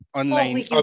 online